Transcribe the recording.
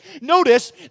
notice